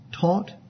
taught